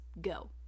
go